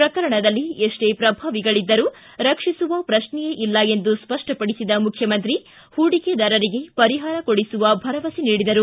ಪ್ರಕರಣದಲ್ಲಿ ಎಷ್ಷೇ ಪ್ರಭಾವಿಗಳಿದ್ದರೂ ರಕ್ಷಿಸುವ ಪ್ರಶ್ನೆಯೇ ಇಲ್ಲ ಎಂದು ಸ್ಪಷ್ಟಪಡಿಸಿದ ಮುಖ್ಚಮಂತ್ರಿ ಹೂಡಿಕೆದಾರರಿಗೆ ಪರಿಹಾರ ಕೊಡಿಸುವ ಭರವಸೆ ನೀಡಿದರು